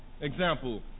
example